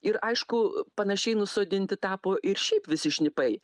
ir aišku panašiai nusodinti tapo ir šiaip visi šnipai